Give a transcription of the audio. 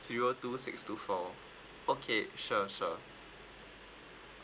zero two six two four okay sure sure